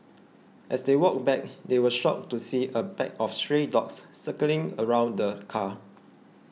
as they walked back they were shocked to see a pack of stray dogs circling around the car